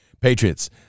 Patriots